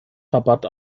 rabatt